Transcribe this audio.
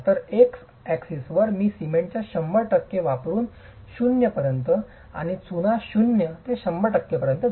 तर एक्स अक्षावर मी सिमेंटच्या 100 टक्के वरून 0 पर्यंत आणि चुना 0 ते 100 टक्के पर्यंत जा